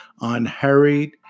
unhurried